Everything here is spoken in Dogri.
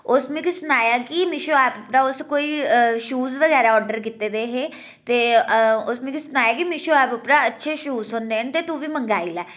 उस मिकी सनाया कि मिशू ऐप उप्परा उस कोई शूज बगैरा आर्डर कीते दे हे ते उस मिगी सनाया जे मिशू ऐप उप्परा अच्छे शूज थ्होंदे न ते तूं बी मंगाई लै